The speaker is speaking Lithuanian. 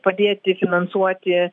padėti finansuoti